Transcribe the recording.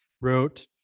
wrote